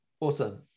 Awesome